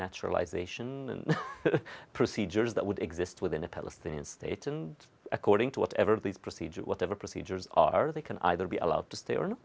naturalization procedures that would exist within a palestinian state and according to whatever these procedures whatever procedures are they can either be allowed to stay o